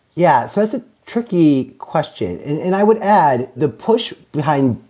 yes, that's a tricky question and i would add the push behind,